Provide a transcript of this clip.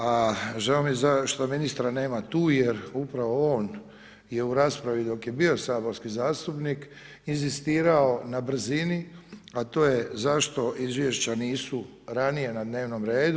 A žao mi je što ministra nema tu, jer upravo on je u raspravi, dok je bio saborski zastupnik inzistirao na brzini, a to je zašto izvješća nisu ranija na dnevnom redu.